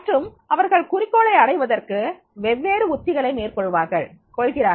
மற்றும் அவர்கள் குறிக்கோளை அடைவதற்கு வெவ்வேறு உத்திகளை மேற்கொள்கிறார்கள்